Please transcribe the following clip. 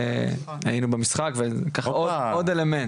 היינו במשחק ועוד אלמנט.